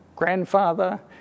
grandfather